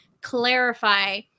clarify